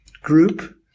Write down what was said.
group